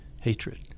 hatred